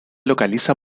localiza